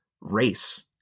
race